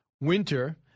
winter